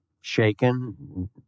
shaken